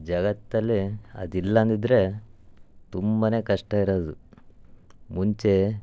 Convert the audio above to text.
ಜಗತ್ತಲ್ಲೇ ಅದಿಲ್ಲಾಂದಿದ್ದರೆ ತುಂಬ ಕಷ್ಟ ಇರೋದು ಮುಂಚೆ